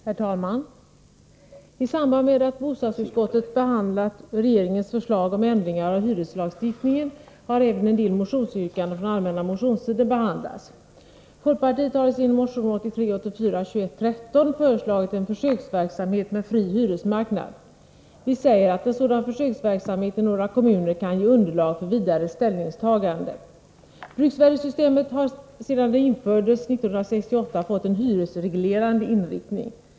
Herr talman! I samband med att bostadsutskottet behandlat regeringens förslag om ändringar av hyreslagstiftningen har även en del motionsyrkanden från den allmänna motionstiden behandlats. Folkpartiet har i sin motion 1983/84:2113 föreslagit en försöksverksamhet med fri hyresmarknad. Vi säger att en sådan försöksverksamhet i några kommuner kan ge underlag för vidare ställningstaganden. Bruksvärdessystemet har sedan det infördes 1968 fått en hyresreglerande inriktning.